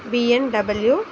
BMW